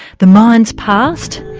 the mind's past,